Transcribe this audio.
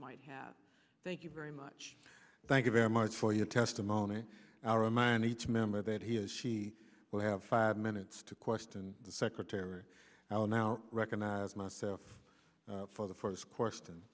might have thank you very much thank you very much for your testimony our him and each member that he or she will have five minutes to question the secretary i will now recognize myself for the first question